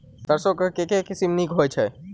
सैरसो केँ के किसिम नीक होइ छै?